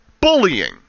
bullying